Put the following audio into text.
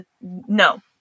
No